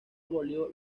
abolió